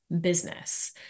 business